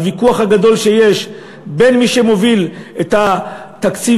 הוויכוח הגדול בין מי שמוביל את התקציב